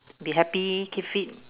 be happy keep fit